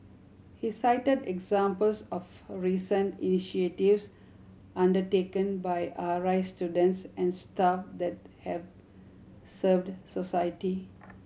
he cited examples of recent initiatives undertaken by R I students and staff that have served society